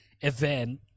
event